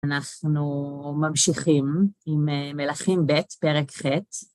אנחנו ממשיכים עם מלאכים ב' פרק ח'.